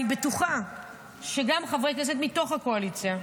אני בטוחה שגם חברי כנסת מתוך הקואליציה,